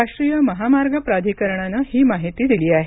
राष्ट्रीय महामार्ग प्राधिकरणानं ही माहिती दिली आहे